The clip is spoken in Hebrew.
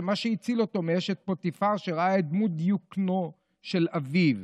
שמה שהציל אותו מאשת פוטיפר הוא שראה את דמות דיוקנו של אביו.